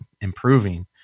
improving